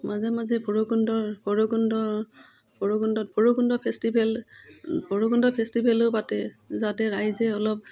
মাজে মাজে ভৈৰৱকুণ্ডৰ ভৈৰৱকুণ্ডৰ ভৈৰৱকুণ্ডত ভৈৰৱকুণ্ড ফেষ্টিভেল ভৈৰৱকুণ্ড ফেষ্টিভেলো পাতে যাতে ৰাইজে অলপ